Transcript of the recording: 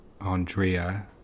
Andrea